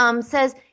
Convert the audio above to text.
Says